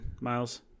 miles